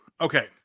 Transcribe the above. Okay